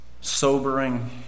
sobering